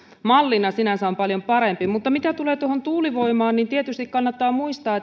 mallina sinänsä on paljon parempi mutta mitä tulee tuohon tuulivoimaan niin tietysti kannattaa muistaa